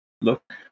look